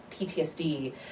PTSD